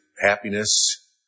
happiness